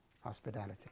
hospitality